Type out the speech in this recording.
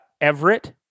Everett